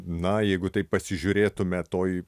na jeigu taip pasižiūrėtume toj